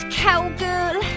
cowgirl